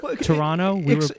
Toronto